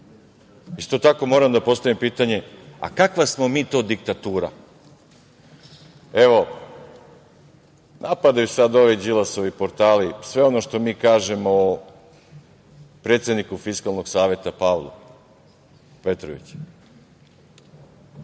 tako, moram da postavim pitanje. Kakva smo to diktatura? Evo, napadaju sada ovi Đilasovi portali. Sve ono što mi kažemo o predsedniku Fiskalnog saveta Pavlu Petroviću.